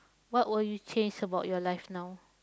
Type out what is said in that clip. what would you change about your life now